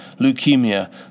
leukemia